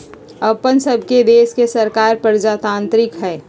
अप्पन सभके देश के सरकार प्रजातान्त्रिक हइ